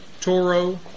Toro